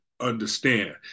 understand